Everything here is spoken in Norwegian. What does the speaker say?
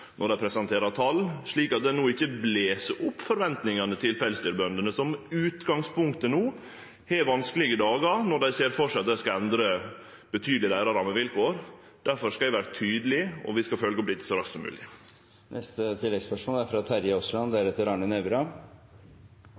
når dei presenterer tal, slik at dei ikkje blæs opp forventningane til pelsdyrbøndene, som i utgangspunktet no har vanskelege dagar når dei ser føre seg at dei skal få endra rammevilkåra betydeleg. Difor skal eg vere tydeleg, og vi skal følgje opp dette så raskt som mogleg. Terje Aasland – til oppfølgingsspørsmål. Jeg er